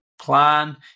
plan